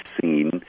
seen